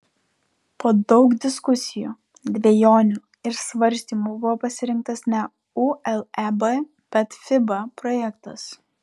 po daug diskusijų dvejonių ir svarstymų buvo pasirinktas ne uleb bet fiba projektas